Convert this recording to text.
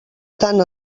tant